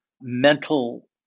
mental